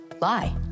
lie